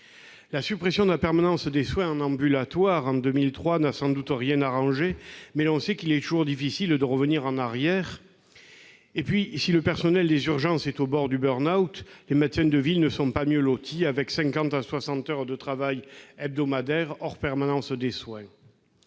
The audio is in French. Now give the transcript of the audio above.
La suppression de la permanence des soins en ambulatoire en 2003 n'a sans doute rien arrangé, mais l'on sait qu'il est toujours difficile de revenir en arrière. Et si le personnel des urgences est au bord du burn-out, les médecins de ville ne sont pas mieux lotis, avec 50 à 60 heures de travail hebdomadaires, hors permanence des soins.